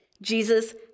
Jesus